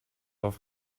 auf